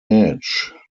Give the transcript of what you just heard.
edge